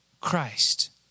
Christ